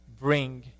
bring